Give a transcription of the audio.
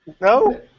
No